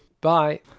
Bye